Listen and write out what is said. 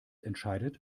entscheidet